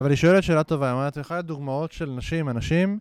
אבל היא שואלת שאלה טובה, היא אומרת, איך היה את דוגמאות של נשים, אנשים?